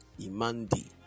Imandi